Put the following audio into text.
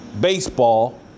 baseball